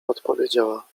odpowiedziała